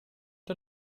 der